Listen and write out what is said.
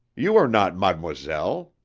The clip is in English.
you are not mademoiselle.